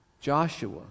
Joshua